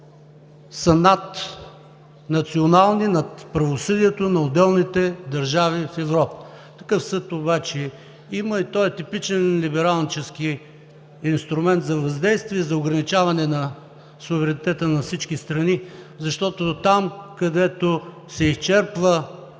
са наднационални, над правосъдието, над отделните държави в Европа. Такъв съд обаче има и той е типичен либералнически инструмент за въздействие, за ограничаване суверенитета на всички страни, защото там, където се изчерпва